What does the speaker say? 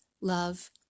love